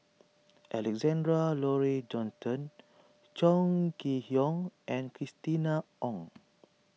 Alexander Laurie Johnston Chong Kee Hiong and Christina Ong